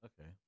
Okay